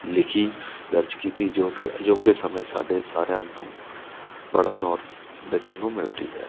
ਲਿਖੀ ਦਰਜ ਕੀਤੀ ਜੋ ਕਿ ਅਜੋਕੇ ਸਮੇਂ ਸਾਡੇ ਸਾਰਿਆਂ ਨੂੰ ਪੜ੍ਹਨ ਔਰ ਲਿਖਣ ਨੂੰ ਮਿਲਦੀ ਹੈ